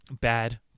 bad